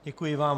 Děkuji vám.